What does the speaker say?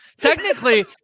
Technically